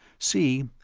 see,